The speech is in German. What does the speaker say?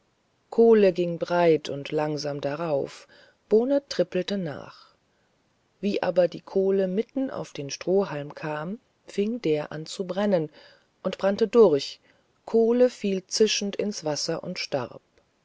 kohle ging breit und langsam darauf bohne trippelte nach wie aber die kohle mitten auf den strohhalm kam fing der an zu brennen und brannte durch kohle fiel zischend ins wasser und starb